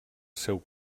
seu